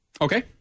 Okay